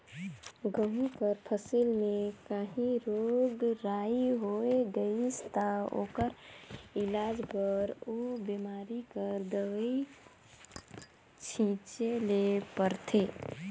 गहूँ कर फसिल में काहीं रोग राई होए गइस ता ओकर इलाज बर ओ बेमारी कर दवई छींचे ले परथे